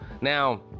now